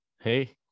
Hey